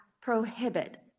prohibit